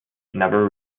never